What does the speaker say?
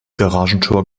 garagentor